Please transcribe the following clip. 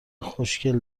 خوشکل